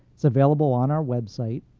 it's available on our website,